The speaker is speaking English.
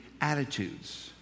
attitudes